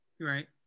right